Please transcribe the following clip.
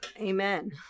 Amen